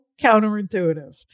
counterintuitive